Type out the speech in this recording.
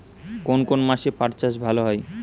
কোন কোন মাসে পাট চাষ ভালো হয়?